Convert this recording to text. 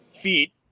feet